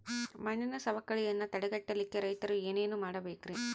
ಮಣ್ಣಿನ ಸವಕಳಿಯನ್ನ ತಡೆಗಟ್ಟಲಿಕ್ಕೆ ರೈತರು ಏನೇನು ಮಾಡಬೇಕರಿ?